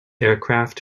aircraft